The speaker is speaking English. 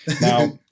Now